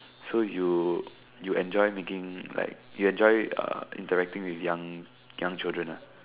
so you you enjoy making like you enjoy uh interacting with young young children ah